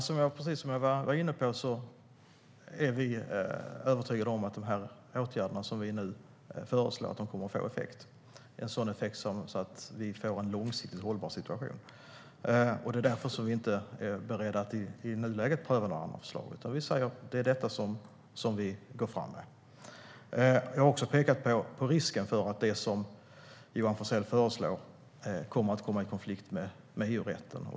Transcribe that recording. Herr talman! Vi är övertygade om att de åtgärder som vi nu föreslår kommer att få effekt, så att vi får en långsiktigt hållbar situation. Därför är vi inte beredda att i nuläget pröva andra förslag. Det är detta vi går fram med. Jag har också pekat på risken för att det som Johan Forssell föreslår kan komma i konflikt med EU-rätten.